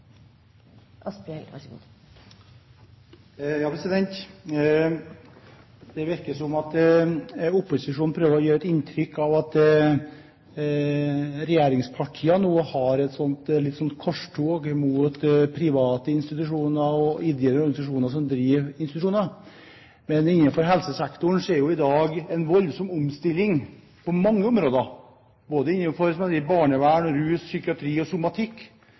Det virker som om opposisjon prøver å gi inntrykk av at regjeringspartiene fører et korstog mot private institusjoner og mot ideelle organisasjoner som driver institusjoner. Men innenfor helsesektoren er det i dag en voldsom omstilling på mange områder – innenfor barnevern, rus, psykiatri og somatikk.